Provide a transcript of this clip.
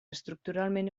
estructuralment